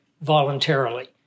voluntarily